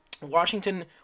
Washington